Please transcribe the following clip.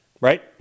right